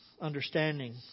understanding